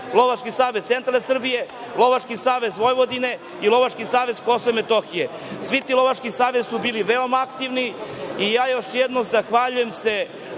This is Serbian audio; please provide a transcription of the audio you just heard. Lovački savez centralne Srbije, Lovački savez Vojvodine i Lovački savez Kosova i Metohije. Svi ti lovački savezi su bili veoma aktivni i ja se još jednom zahvaljujem